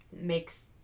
makes